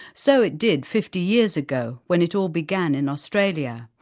so it did fifty years ago when it all began in australia.